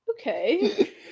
Okay